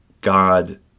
God